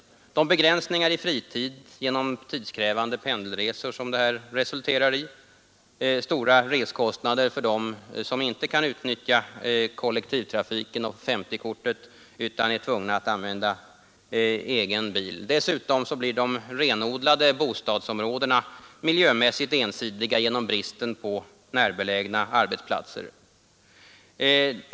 Detta resulterar i begränsningar i fritiden genom tidskrävande pendelresor och stora reskostnader för dem som inte kan utnyttja kollektivtrafiken och SO-kortet utan är tvungna att använda egen bil. Dessutom blir de renodlade bostadsområdena miljömässigt ensidiga genom bristen på närbelägna arbetsplatser.